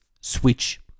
switch